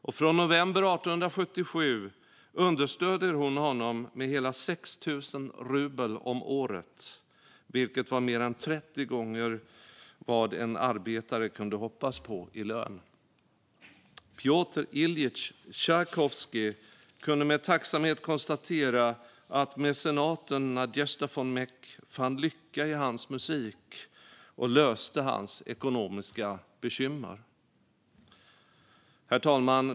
Och från november 1877 understöder hon honom med hela 6 000 rubel om året, vilket var mer än 30 gånger av vad en arbetare kunde hoppas på i lön. Pjotr Iljitj Tjajkovskij kunde med tacksamhet konstatera att mecenaten Nadezjda von Meck fann lycka i hans musik och löste hans ekonomiska bekymmer. Herr talman!